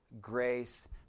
grace